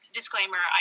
Disclaimer